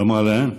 ואמרה להם: